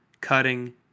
cutting